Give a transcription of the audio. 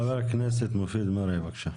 חבר הכנסת מופיד מרעי, בבקשה.